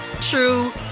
true